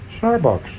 Starbucks